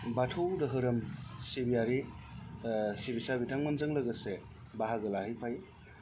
बाथौ दोहोरोम सिबियारि सिबिसा बिथांमोनजों लोगोसे बाहागो लाहैफायो